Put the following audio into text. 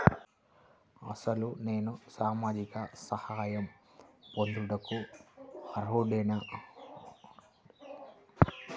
అసలు నేను సామాజిక సహాయం పొందుటకు అర్హుడనేన?